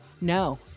No